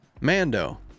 Mando